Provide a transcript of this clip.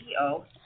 CEO